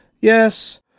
Yes